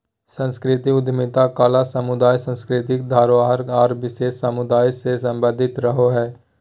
सांस्कृतिक उद्यमिता कला समुदाय, सांस्कृतिक धरोहर आर विशेष समुदाय से सम्बंधित रहो हय